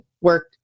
work